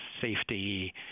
safety